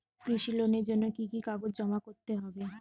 কৃষি লোনের জন্য কি কি কাগজ জমা করতে হবে?